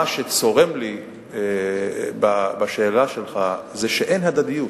מה שצורם לי בשאלה שלך זה שאין הדדיות.